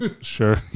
Sure